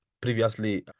previously